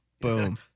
Boom